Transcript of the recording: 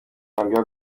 nabwira